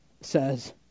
says